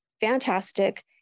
fantastic